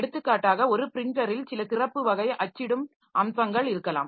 எடுத்துக்காட்டாக ஒரு ப்ரின்டரில் சில சிறப்பு வகை அச்சிடும் அம்சங்கள் இருக்கலாம்